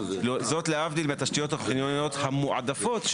זאת להבדיל מתשתיות חיוניות המועדפות,